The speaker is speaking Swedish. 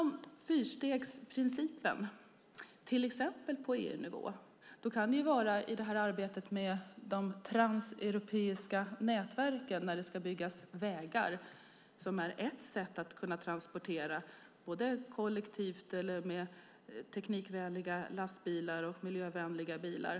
Fyrstegsprincipen på till exempel EU-nivå kan gälla arbetet med de transeuropeiska nätverken, när det ska byggas vägar, som är ett sätt att transportera kollektivt, med teknikvänliga lastbilar eller miljövänliga bilar.